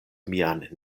mian